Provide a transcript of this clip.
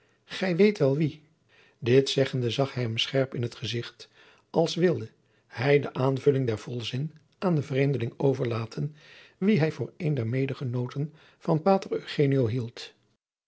gij weet wel wien dit zeggende zag hij hem scherp in t gezicht als wilde hij de aanvulling der volzin aan den vreemdeling overlaten wien hij voor een der medegenooten van pater eugenio hield